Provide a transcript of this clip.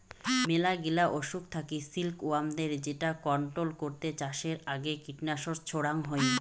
মেলাগিলা অসুখ থাকি সিল্ক ওয়ার্মদের যেটা কন্ট্রোল করতে চাষের আগে কীটনাশক ছড়াঙ হই